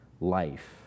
life